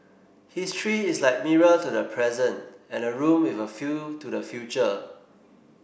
history is like mirror to the present and a room with a view to the future